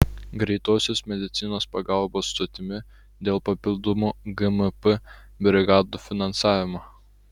greitosios medicinos pagalbos stotimi dėl papildomų gmp brigadų finansavimo